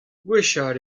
gwechall